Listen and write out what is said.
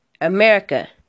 America